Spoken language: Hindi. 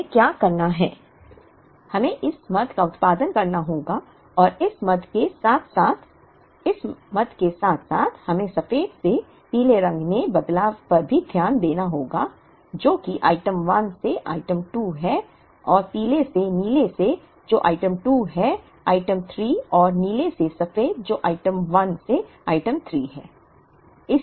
हमें क्या करना है हमें इस मद का उत्पादन करना होगा और इस मद के साथ साथ इस मद के साथ साथ हमें सफेद से पीले रंग में बदलाव पर भी ध्यान देना होगा जो कि आइटम 1 से आइटम 2 है और पीले से नीले से जो आइटम 2 है आइटम 3 और नीले से सफेद जो आइटम 1 से आइटम 3 है